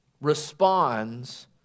responds